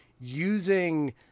using